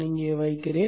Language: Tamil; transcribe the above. இங்கே வைக்கிறேன்